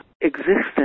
existence